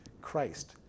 Christ